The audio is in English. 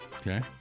Okay